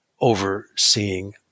overseeing